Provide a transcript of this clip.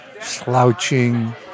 slouching